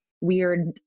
weird